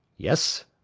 yes,